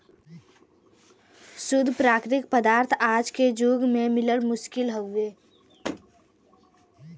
शुद्ध प्राकृतिक पदार्थ आज के जुग में मिलल मुश्किल हउवे